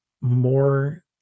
more